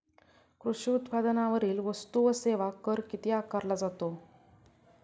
कृषी उत्पादनांवरील वस्तू व सेवा कर किती आकारला जातो?